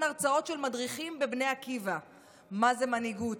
הרצאות של מדריכים בבני עקיבא מה זה מנהיגות,